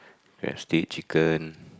crusty chicken